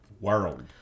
World